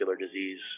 disease